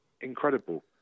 incredible